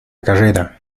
carrera